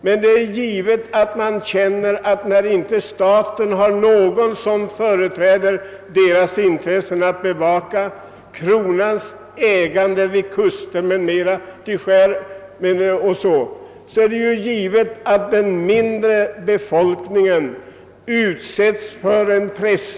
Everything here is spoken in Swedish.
— men det är givet att när staten inte har någon som företräder befolkningens intressen eller bevakar kronans äganderätt där ute vid kusterna och ute på skären, så kan befolkningen där utsättas för hård press.